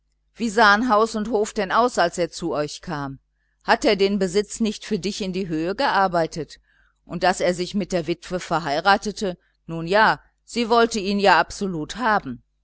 wie sahen haus und hof aus als er zu euch kam hat er den besitz nicht für dich in die höhe gearbeitet und daß er sich mit der witwe verheiratete nun ja sie wollte ihn ja absolut haben